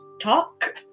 talk